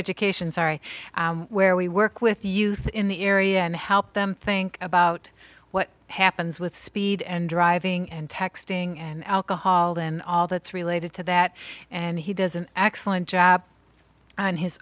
education zari where we work with youth in the area and help them think about what happens with speed and driving and texting and alcohol and all that's related to that and he does an excellent job on his